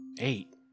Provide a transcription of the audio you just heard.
Eight